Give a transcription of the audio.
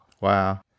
Wow